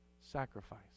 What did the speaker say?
sacrifice